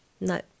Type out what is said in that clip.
No